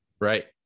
right